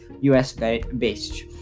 US-based